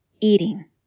eating